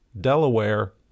Delaware